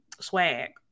swag